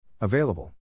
Available